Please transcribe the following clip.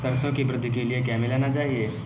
सरसों की वृद्धि के लिए क्या मिलाना चाहिए?